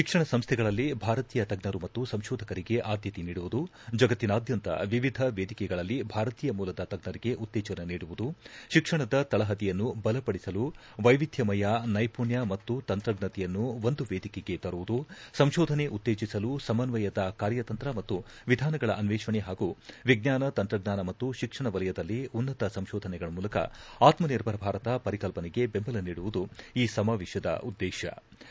ಶಿಕ್ಷಣ ಸಂಸ್ಥೆಗಳಲ್ಲಿ ಭಾರತೀಯ ತಜ್ಞರು ಮತ್ತು ಸಂಶೋಧಕರಿಗೆ ಆದ್ಲತೆ ನೀಡುವುದು ಜಗತ್ತಿನಾದ್ಲಂತ ವಿವಿಧ ವೇದಿಕೆಗಳಲ್ಲಿ ಭಾರತೀಯ ಮೂಲದ ತಜ್ವರಿಗೆ ಉತ್ತೇಜನ ನೀಡುವುದು ಶಿಕ್ಷಣದ ತಳಹದಿಯನ್ನು ಬಲಪಡಿಸಲು ವೈವಿಧ್ಯಮಯ ನೈಋಣ್ಯ ಮತ್ತು ತಂತ್ರಜ್ಞತೆಯನ್ನು ಒಂದು ವೇದಿಕೆಗೆ ತರುವುದು ಸಂಶೋಧನೆ ಉತ್ತೇಜಿಸಲು ಸಮನ್ವಯದ ಕಾರ್ಯತಂತ್ರ ಮತ್ತು ವಿಧಾನಗಳ ಅನ್ನೇಷಣೆ ಹಾಗೂ ವಿಜ್ವಾನ ತಂತ್ರಜ್ವಾನ ಮತ್ತು ಶಿಕ್ಷಣ ವಲಯದಲ್ಲಿ ಉನ್ನತ ಸಂಕೋಧನೆಗಳ ಮೂಲಕ ಆತ್ಮನಿರ್ಭರ ಭಾರತ ಪರಿಕಲ್ಪನೆಗೆ ಬೆಂಬಲ ನೀಡುವುದು ಈ ಸಮಾವೇಶದ ಉದ್ದೇಶವಾಗಿದೆ